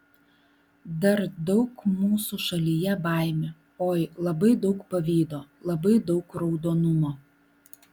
dar daug mūsų šalyje baimių oi labai daug pavydo labai daug raudonumo